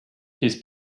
his